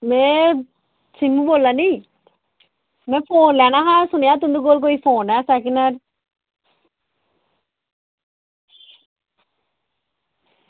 में सीमु बोल्ला नी में फोन लैना हा ते में सुनेआ तुंदे कोल फोन ऐ इक्क सैकेंड हैंड